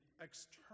external